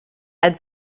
add